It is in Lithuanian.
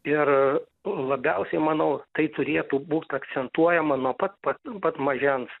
ir labiausiai manau tai turėtų būt akcentuojama nuo pat pat pat mažens